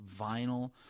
vinyl